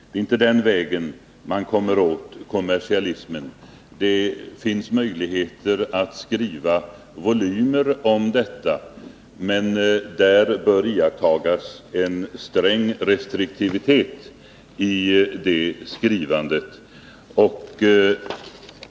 Det är inte på den vägen man kommer åt kommersialiseringen. Det finns möjligheter att skriva volymer om detta, men det bör iakttagas en sträng restriktivitet i det skrivandet.